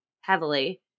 heavily